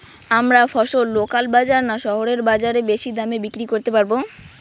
আমরা ফসল লোকাল বাজার না শহরের বাজারে বেশি দামে বিক্রি করতে পারবো?